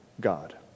God